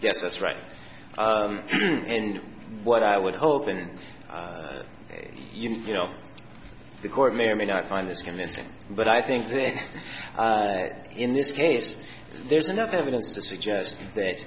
yes that's right and what i would hope and you know the court may or may not find this convincing but i think this in this case there's enough evidence to suggest that